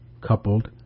coupled